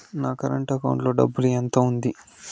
నా current account లో డబ్బులు ఎంత ఉంది?